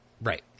Right